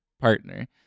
partner